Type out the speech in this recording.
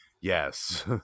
yes